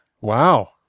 Wow